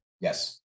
Yes